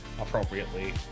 appropriately